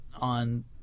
on